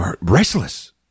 restless